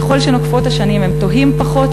ככל שנוקפות השנים הם תוהים פחות,